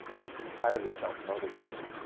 it's entirely self-motivated.